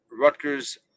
Rutgers